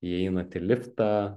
įeinat į liftą